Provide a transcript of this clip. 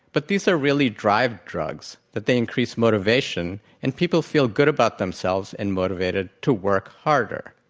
but these are really drive drugs, that they increase motivation, and people feel good about themselves and motivated to work harder.